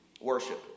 worship